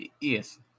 Yes